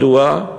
מדוע?